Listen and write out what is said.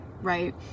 right